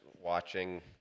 watching